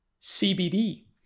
CBD